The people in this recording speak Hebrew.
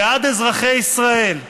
בעד אזרחי ישראל,